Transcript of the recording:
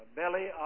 belly